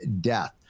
death